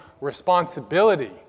responsibility